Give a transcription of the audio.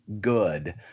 good